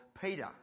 Peter